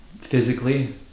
physically